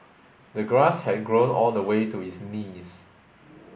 the grass had grown all the way to his knees